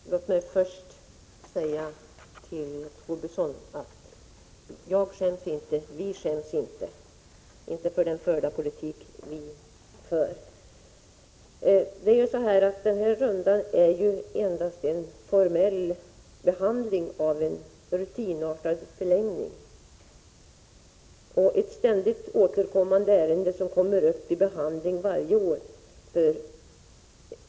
Herr talman! Låt mig först säga till Lars Tobisson: Jag skäms inte, och vi skäms inte för den politik som vi för. Den här rundan innebär endast en formell behandling av en rutinartad förlängning. Det är ett ständigt återkommande ärende som kommer upp till behandling varje år.